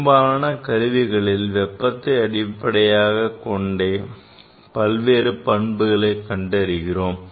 பெரும்பாலான கருவிகளில் வெப்பத்தை அடிப்படையாகக் கொண்டே பல்வேறு பண்புகளை கண்டறிகிறோம்